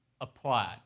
applied